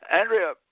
Andrea